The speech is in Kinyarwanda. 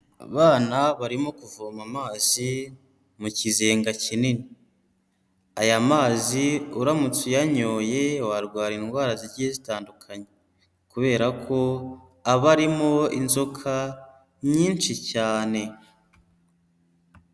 Abana barimo kuvoma amazi mu kizenga kinini, aya mazi uramutse uyanyoye warwaye indwara zigiye zitandukanye kubera ko aba arimo inzoka nyinshi cyane.